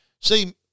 See